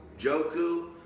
Joku